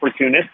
opportunistic